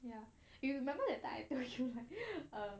ya you remember that time I told you err